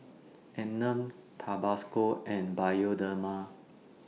Anmum Tabasco and Bioderma